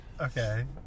okay